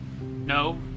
No